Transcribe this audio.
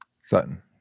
Sutton